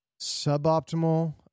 Suboptimal